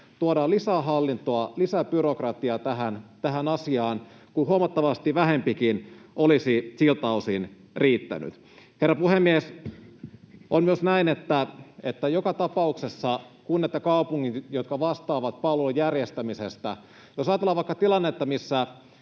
tuodaan lisää hallintoa, lisää byrokratiaa tähän asiaan, kun huomattavasti vähempikin olisi siltä osin riittänyt. Herra puhemies! On myös näin, että joka tapauksessa kunnat ja kaupungit, jotka vastaavat palvelun järjestämisestä — jos ajatellaan vaikka tilannetta, missä